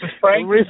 Frank